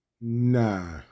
nah